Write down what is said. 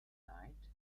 night